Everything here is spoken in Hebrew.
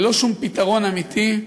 ללא שום פתרון אמיתי,